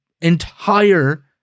entire